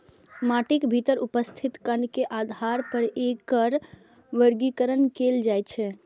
माटिक भीतर उपस्थित कण के आधार पर एकर वर्गीकरण कैल जाइ छै